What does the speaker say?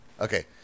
okay